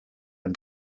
and